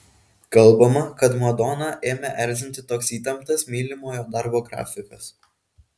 kalbama kad madoną ėmė erzinti toks įtemptas mylimojo darbo grafikas